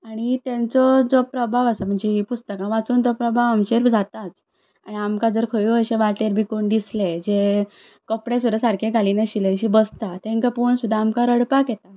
आनी तेंचो जो प्रभाव आसा म्हणजे हीं पुस्तकां वाचून तो प्रभाव आमचेर जाताच आनी आमकां जर खंयी अशे वाटेर बी कोणय दिसले जे कपडे सुद्दां सारके घालिनाशिल्ले अशे बसता तेंकां पळोवन सुद्दां आमकां रडपाक येता